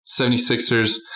76ers